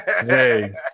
Hey